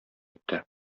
итте